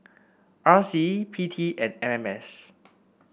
R C P T and M M S